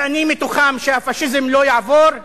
ואני בתוכם, שהפאשיזם לא יעבור,